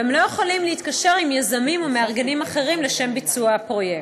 והם לא יכולים להתקשר עם יזמים או מארגנים אחרים לשם ביצוע הפרויקט.